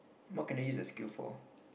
what can I use that skill for